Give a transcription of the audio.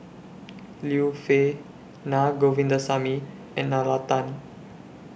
Liu Peihe Na Govindasamy and Nalla Tan